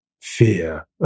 fear